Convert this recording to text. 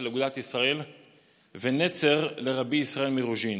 אגודת ישראל ונצר לרבי ישראל מרוז'ין